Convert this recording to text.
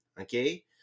okay